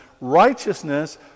Righteousness